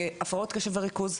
הפרעות קשה וריכוז,